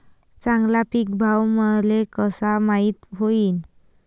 चांगला पीक भाव मले कसा माइत होईन?